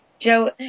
Joe